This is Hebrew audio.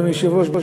אדוני היושב-ראש,